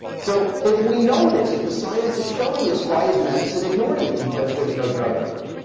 so, if we know this, if the science is showing this, why is medicine ignoring it? because there is no drug for it.